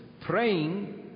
praying